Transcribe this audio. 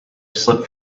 slipped